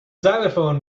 xylophone